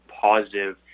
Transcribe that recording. positive